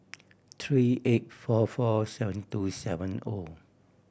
three eight four four seven two seven O